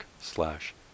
slash